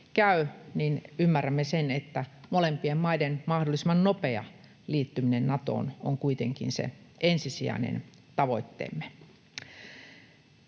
niin ymmärrämme sen, että molempien maiden mahdollisimman nopea liittyminen Natoon on kuitenkin se ensisijainen tavoitteemme.